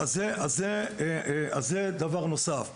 זה דבר נוסף.